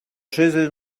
schüssel